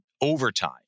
overtime